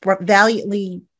valiantly